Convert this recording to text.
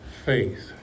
faith